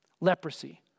Leprosy